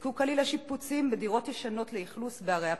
הופסקו כליל השיפוצים בדירות ישנות לאכלוס בערי הפיתוח.